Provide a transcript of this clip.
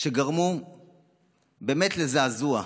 וגרמו באמת לזעזוע,